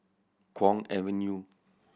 Kwong Avenue